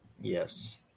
Yes